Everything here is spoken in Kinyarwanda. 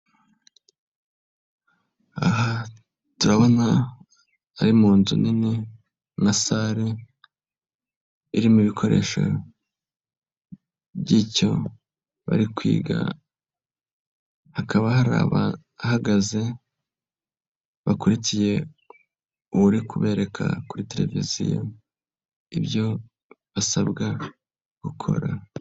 Aha turabona ari mu nzu nini na sale irimo ibikoresho by'icyo bari kwiga, hakaba hari abahagaze bakurikiye uri kubereka kuri televiziyo ibyo basabwa gukora.